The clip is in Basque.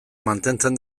mantentzen